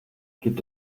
gibt